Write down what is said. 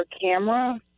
camera